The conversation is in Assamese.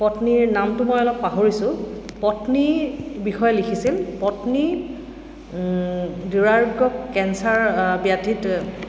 পত্নীৰ নামটো মই অলপ পাহৰিছোঁ পত্নী বিষয়ে লিখিছিল পত্নী দূৰাৰোগ্য কেঞ্চাৰ ব্যাধিত